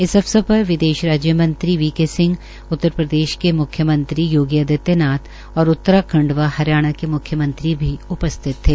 इस अवसर पर विदेश राज्य मंत्री वी के सिंह उत्तरप्रदेश के म्ख्य मंत्री योगी आदित्यनाथ और उतराखंड व हरियाणा के म्ख्यमंत्री भी उपस्थित थे